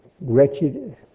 wretched